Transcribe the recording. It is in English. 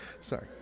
sorry